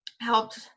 helped